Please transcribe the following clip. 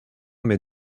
mais